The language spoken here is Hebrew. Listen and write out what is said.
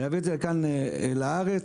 לכאן לארץ,